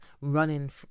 running